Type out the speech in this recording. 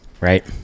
Right